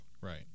Right